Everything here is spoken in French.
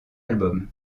album